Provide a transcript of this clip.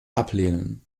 ablehnen